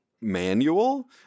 manual